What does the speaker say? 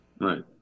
Right